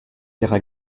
terres